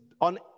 on